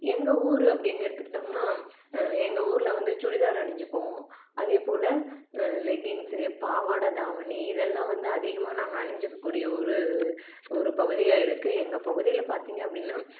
எங்கள் ஊர் அப்டின்னு எடுத்துக்கிட்டம்னா எங்கள் ஊரில் வந்து சுடிதார் அணிஞ்சிப்போம் அதே போல் லெக்கின்ஸு பாவாடதாவணி இதெல்லாம் வந்து அதிகமாக நாங்கள் அணிஞ்சிக்க கூடிய ஒரு ஒரு பகுதியாக இருக்கு எங்கள் பகுதியில பார்த்தீங்க அப்படினா